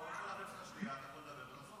אתה רוצה החלפה?